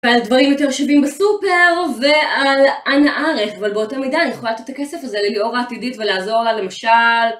ועל דברים יותר שווים בסופר, ועל אנערף, אבל באותה מידה, אני יכולה לתת את הכסף הזה לליאור העתידית ולעזור לה למשל.